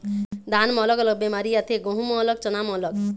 धान म अलग बेमारी आथे, गहूँ म अलग, चना म अलग